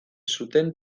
zuten